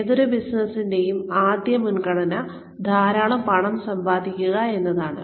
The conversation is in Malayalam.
ഏതൊരു ബിസിനസ്സിന്റെയും ആദ്യ മുൻഗണന ധാരാളം പണം സമ്പാദിക്കുക എന്നതാണ്